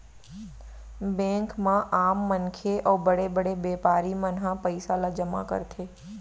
bank म आम मनखे अउ बड़े बड़े बेपारी मन ह पइसा ल जमा करथे